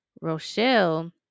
Rochelle